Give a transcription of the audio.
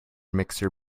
mixer